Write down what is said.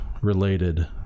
related